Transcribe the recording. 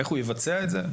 איך הוא יבצע את זה?